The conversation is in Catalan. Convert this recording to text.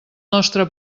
nostre